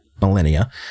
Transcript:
millennia